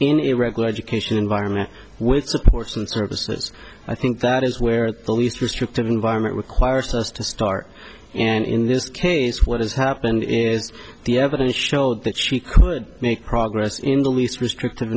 in irregular education environment with supports and services i think that is where the least restrictive environment requires us to start and in this case what has happened is the evidence showed that she could make progress in the least restrictive